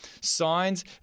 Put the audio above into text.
signs